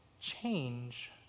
Change